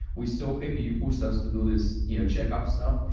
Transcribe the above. we're so happy you pushed us to do this you know check-up stuff.